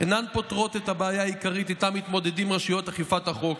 אינן פותרות את הבעיה העיקרית שאיתה מתמודדות רשויות אכיפת החוק: